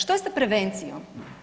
Što je sa prevencijom?